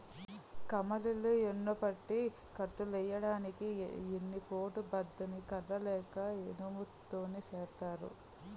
కమ్మలిల్లు యెన్నుపట్టి కట్టులెయ్యడానికి ఎన్ని పోటు బద్ద ని కర్ర లేక ఇనుము తోని సేత్తారు